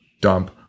dump